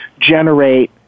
generate